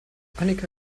annika